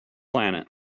planet